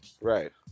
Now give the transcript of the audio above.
right